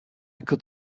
could